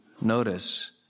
notice